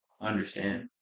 understand